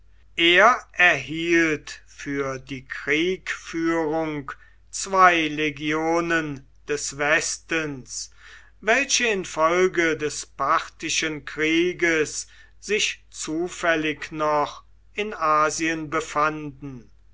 er erhielt für die kriegführung zwei legionen des westens welche infolge des parthischen krieges sich zufällig noch in asien befanden